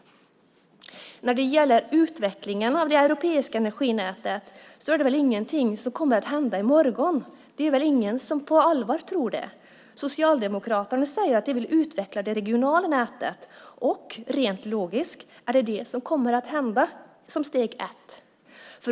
Utvecklandet av det europeiska energinätet är ingenting som kommer att hända i morgon. Det är väl ingen som på allvar tror det. Socialdemokraterna säger att de vill utveckla det regionala nätet. Rent logiskt är det detta som kommer att hända som steg ett.